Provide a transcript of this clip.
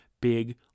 big